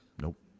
Nope